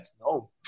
No